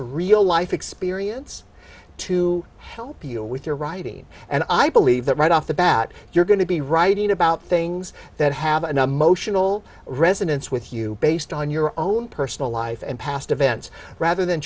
this real life experience to help you with your writing and i believe that right off the bat you're going to be writing about things that have another motional resonance with you based on your own personal life and past events rather than